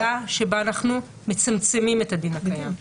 ההרחבה הזאת היא הקלה שבה אנחנו מצמצמים את הדין הקיים.